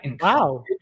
Wow